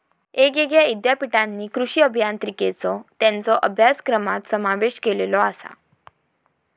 येगयेगळ्या ईद्यापीठांनी कृषी अभियांत्रिकेचो त्येंच्या अभ्यासक्रमात समावेश केलेलो आसा